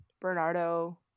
Bernardo